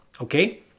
okay